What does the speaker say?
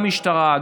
גם המשטרה,